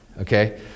okay